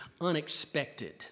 unexpected